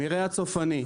מרעה הצופני.